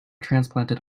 transplanted